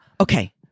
Okay